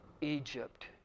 Egypt